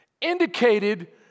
indicated